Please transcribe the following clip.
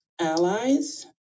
allies